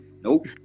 Nope